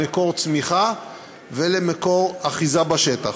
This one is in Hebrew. למקור צמיחה ולמקור אחיזה בשטח.